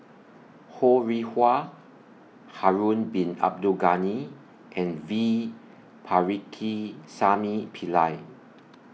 Ho Rih Hwa Harun Bin Abdul Ghani and V Pakirisamy Pillai